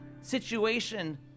situation